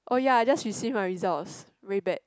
oh ya I just receive my results very bad